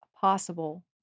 possible